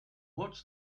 watch